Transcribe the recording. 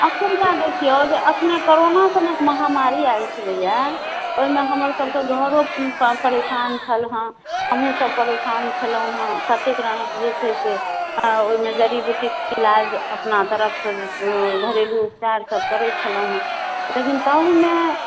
एखुनका देखियौ जे एखनहि कोरोना सनक महामारी आयल छलैए ओहिमे हमरसभके घरोपर परेशान छल हेँ हमहूँसभ परेशान छलहुँ हेँ कत्तेक रङ्गक जे छै से ओहिमे जड़ी बूटीके इलाज अपना तरफसँ घरेलू उपचारसभ करै छलहुँ हेँ लेकिन ताहुमे